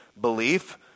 belief